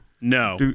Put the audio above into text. No